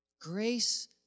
Grace